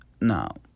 Now